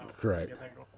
correct